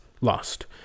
lost